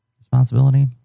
Responsibility